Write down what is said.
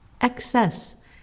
excess